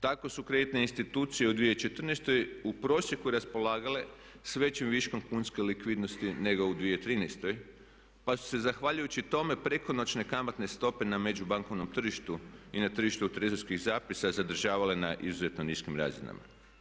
Tako su kreditne institucije u 2014. u prosjeku raspolagale s većim viškom kunske likvidnosti nego u 2013. pa su se zahvaljujući tome prekonoćne kamatne stope na međubankovnom tržištu i na tržištu trezorski zapisa zadržavale na izuzetno niskim razinama.